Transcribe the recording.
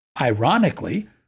Ironically